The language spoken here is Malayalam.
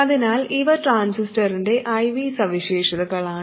അതിനാൽ ഇവ ട്രാൻസിസ്റ്ററിൻറെ I V സവിശേഷതകളാണ്